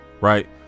right